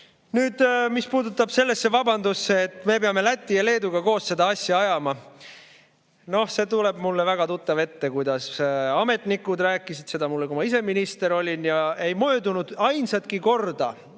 Nüüd, mis puutub sellesse vabandusse, et me peame Läti ja Leeduga koos seda asja ajama – see tuleb mulle väga tuttav ette. Ametnikud rääkisid seda mulle, kui ma ise minister olin. Ei möödunud ainsatki korda